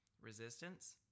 resistance